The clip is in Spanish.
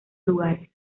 lugares